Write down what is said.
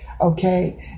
okay